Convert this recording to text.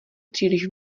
příliš